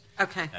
Okay